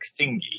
thingy